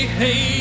hey